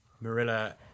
Marilla